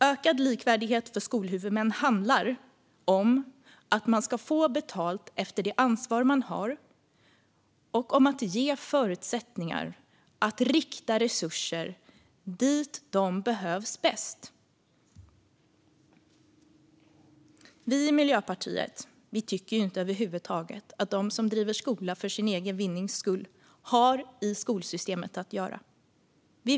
Ökad likvärdighet för skolhuvudmän handlar om att man ska få betalt efter det ansvar man har och om att ge förutsättningar att rikta resurser dit där de bäst behövs. Vi i Miljöpartiet tycker inte att de som driver skola för sin egen vinnings skull har i skolsystemet att göra över huvud taget.